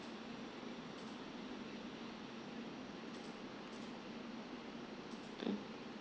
mm